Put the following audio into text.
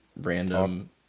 random